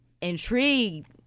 intrigued